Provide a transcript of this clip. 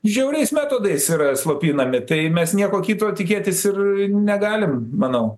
žiauriais metodais yra slopinami tai mes nieko kito tikėtis ir negalim manau